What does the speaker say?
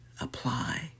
apply